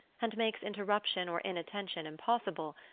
and makes interruption or inattention impossible,